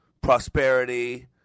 prosperity